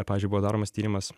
pavyzdžiui buvo daromas tyrimas